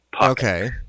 Okay